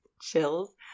chills